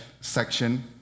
section